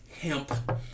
hemp